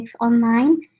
online